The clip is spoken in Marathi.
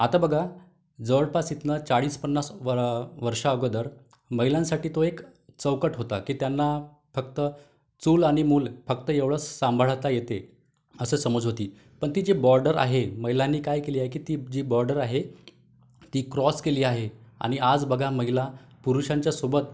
आता बघा जवळपास इतन चाळीस पन्नास वरा वर्षाअगोदर महिलांसाठी तो एक चौकट होता की त्यांना फक्त चूल आणि मूल फक्त एवढंच सांभाळता येते असं समज होती पण ती जे बॉर्डर आहे महिलांनी काय केले आहे की ती जी बॉर्डर आहे ती क्रॉस केली आहे आणि आज बघा महिला पुरुषांच्या सोबत